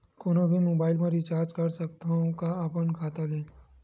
कोनो भी मोबाइल मा रिचार्ज कर सकथव का अपन खाता ले?